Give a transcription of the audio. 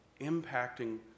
impacting